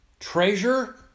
Treasure